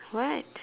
what